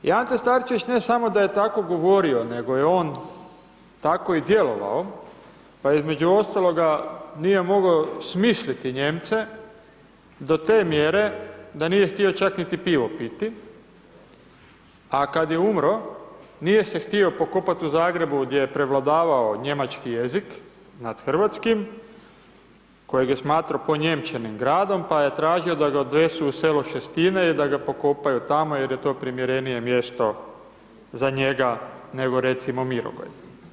I Ante Starčević ne samo da je tako govorio nego je on i tako djelovao, pa između ostaloga nije mogao smisliti Nijemce do te mjere da nije htio čak niti pivo piti, a kad je umro, nije se htio pokopati u Zagrebu gdje je prevladavao njemački jezik nad hrvatskim, kojeg je smatrao ponjemčenim gradom, pa je tražio da ga odnesu u selo Šestine i da ga pokopaju tamo jer je to primjerenije mjesto za njega, nego recimo Mirogoj.